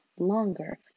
longer